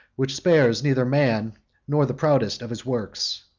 which spares neither man nor the proudest of his works,